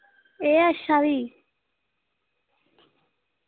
ए अच्छा फ्ही